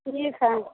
ठीक है